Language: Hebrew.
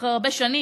אחרי הרבה שנים,